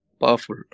powerful